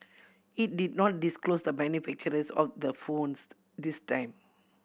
it did not disclose the manufacturers of the phones this time